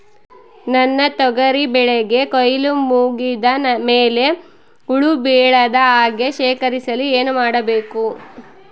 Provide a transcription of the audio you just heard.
ನನ್ನ ತೊಗರಿ ಬೆಳೆಗೆ ಕೊಯ್ಲು ಮುಗಿದ ಮೇಲೆ ಹುಳು ಬೇಳದ ಹಾಗೆ ಶೇಖರಿಸಲು ಏನು ಮಾಡಬೇಕು?